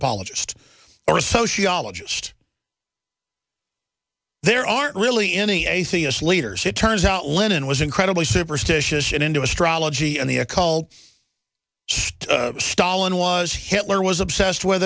opologist or a socialist there aren't really any atheist leaders it turns out lennon was incredibly superstitious and into astrology and the occult stalin was hitler was obsessed with